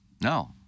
No